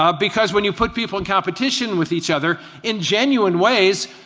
um because when you put people in competition with each other in genuine ways,